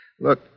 Look